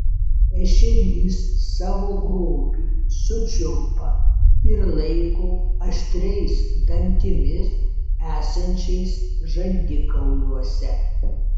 ešerys savo grobį sučiumpa ir laiko aštriais dantimis esančiais žandikauliuose